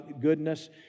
goodness